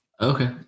Okay